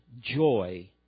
joy